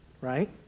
right